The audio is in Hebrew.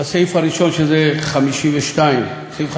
בסעיף הראשון, שזה סעיף 52,